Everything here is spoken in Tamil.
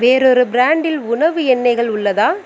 வேறொரு பிராண்டில் உணவு எண்ணெய்கள் உள்ளதா